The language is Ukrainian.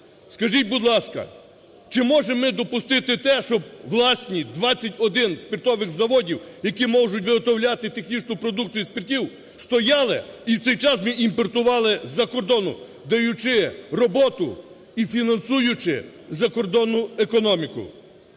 Скажіть, будь ласка, чи можемо ми допустити те, щоб власні 21 спиртових заводів, які можуть виготовляти технічну продукцію спиртів, стояли, і в цей час ми імпортували з-за кордону, даючи роботу і фінансуючи закордонну економіку?